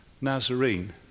Nazarene